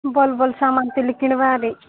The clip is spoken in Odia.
ଭଲ୍ ଭଲ୍ ସାମାନ୍ ଥିଲେ କିିଣିବା ଆରୁ